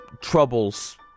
troubles